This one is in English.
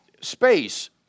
space